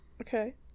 Okay